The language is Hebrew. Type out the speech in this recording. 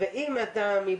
PCR שלילי.